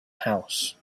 house